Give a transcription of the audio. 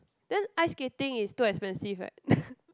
then ice skating is too expensive right